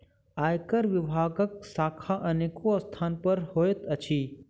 आयकर विभागक शाखा अनेको स्थान पर होइत अछि